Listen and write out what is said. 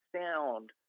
sound